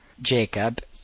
Jacob